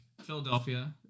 Philadelphia